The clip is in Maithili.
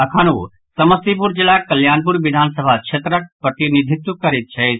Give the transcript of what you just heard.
अखन ओ समस्तीपुर जिलाक कल्याणपुर विधान सभा क्षेत्रक प्रतिनिधित्व करैत छथि